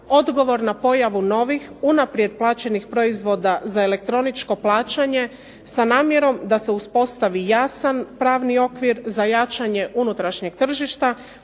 odgovorno pojavu novih unaprijed plaćenih proizvoda za elektroničko plaćanje sa namjerom da se uspostavi jasan pravni okvir, za jačanje unutrašnjeg tržišta